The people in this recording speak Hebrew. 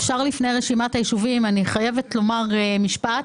לפני רשימת היישובים, אני חייבת לומר משפט.